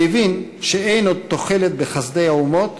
והבין שאין עוד תוחלת בחסדי האומות,